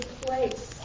place